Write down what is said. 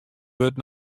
wurdt